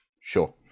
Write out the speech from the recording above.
sure